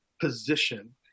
position